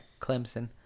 Clemson